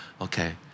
Okay